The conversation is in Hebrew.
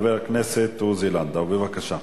חבר הכנסת עוזי לנדאו, בבקשה.